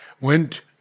went